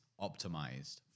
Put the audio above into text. optimized